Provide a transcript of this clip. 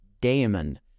daemon